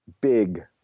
big